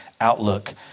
outlook